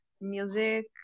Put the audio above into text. music